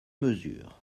mesures